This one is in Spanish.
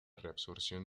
reabsorción